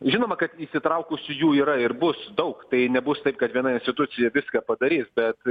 žinoma kad įsitraukusiųjų yra ir bus daug tai nebus taip kad viena institucija viską padarys bet